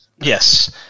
Yes